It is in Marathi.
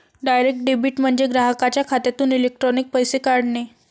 डायरेक्ट डेबिट म्हणजे ग्राहकाच्या खात्यातून इलेक्ट्रॉनिक पैसे काढणे